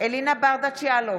אלינה ברדץ' יאלוב,